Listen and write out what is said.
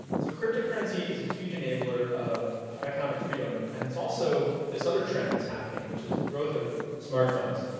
so cryptocurrency is a huge enabler of of economic freedom and it's also this other trend that's happening, which is the growth of smartphones.